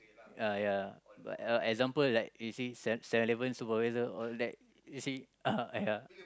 uh ya but example like you see se~ Seven-Eleven supervisor all that you see uh ya